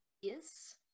Yes